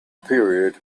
period